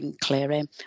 clearing